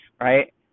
right